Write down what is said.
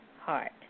heart